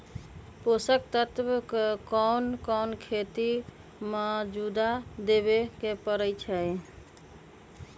पोषक तत्व क कौन कौन खेती म जादा देवे क परईछी?